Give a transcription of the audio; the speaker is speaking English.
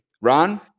Ron